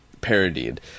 parodied